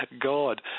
God